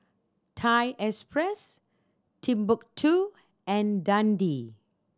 Thai Express Timbuk Two and Dundee